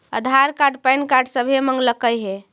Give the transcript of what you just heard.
आधार card PAN card सभे मगलके हे?